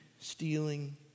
stealing